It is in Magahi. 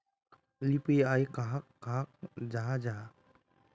यु.पी.आई कहाक कहाल जाहा जाहा?